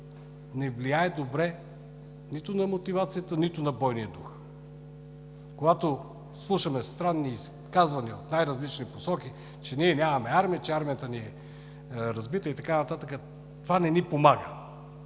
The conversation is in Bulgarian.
не влияе добре нито на мотивацията, нито на бойния дух. Когато слушаме странни изказвания от най-различни посоки, че ние нямаме армия, че армията ни е разбита и така нататък, това не ни помага.